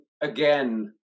again